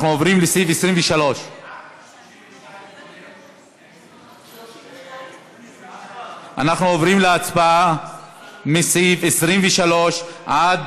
אנחנו עוברים לסעיף 23. עד